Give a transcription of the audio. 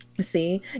see